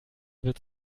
wird